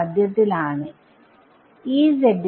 മധ്യത്തിൽ ആണ്